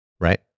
Right